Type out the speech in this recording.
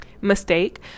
mistake